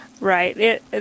Right